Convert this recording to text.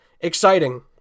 exciting